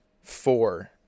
Four